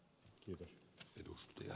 arvoisa herra puhemies